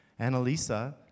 Annalisa